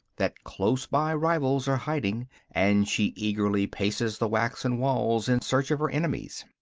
that close by rivals are hiding and she eagerly paces the waxen walls in search of her enemies.